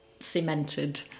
cemented